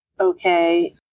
okay